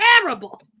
Terrible